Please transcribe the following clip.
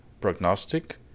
prognostic